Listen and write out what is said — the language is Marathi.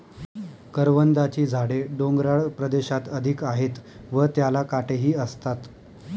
करवंदाची झाडे डोंगराळ प्रदेशात अधिक आहेत व त्याला काटेही असतात